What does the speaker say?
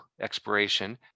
expiration